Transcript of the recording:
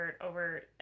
over